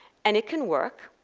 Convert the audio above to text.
and it can work.